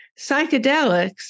psychedelics